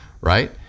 right